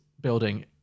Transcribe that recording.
building